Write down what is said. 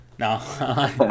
No